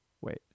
Wait